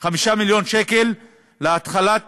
5 מיליון שקל להתחלת